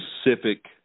specific